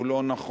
הוא לא נכון.